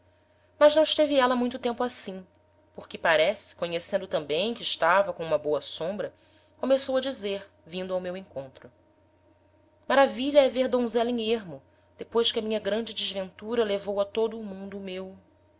mas não esteve éla muito tempo assim porque parece conhecendo tambem que estava com uma boa sombra começou a dizer vindo ao meu encontro maravilha é ver donzela em ermo depois que a minha grande desventura levou a todo o mundo o meu